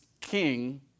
king